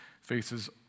faces